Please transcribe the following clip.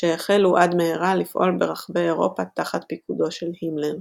שהחלו עד מהרה לפעול ברחבי אירופה תחת פיקודו של הימלר.